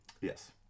Yes